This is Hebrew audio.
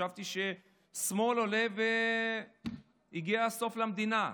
חשבתי שהשמאל עולה והגיע הסוף למדינה.